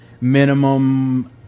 minimum